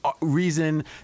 reason